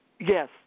yes